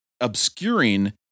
obscuring